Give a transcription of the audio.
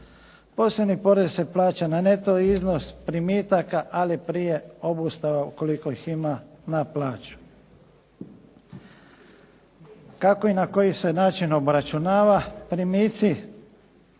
Posebni porez se plaća na neto iznos primitaka ali prije obustava ukoliko ih ima na plaću. Kako i na koji se način obračunava? Primici